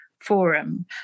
forum